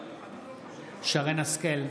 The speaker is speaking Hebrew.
נגד שרן מרים השכל,